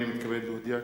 הנני מתכבד להודיע,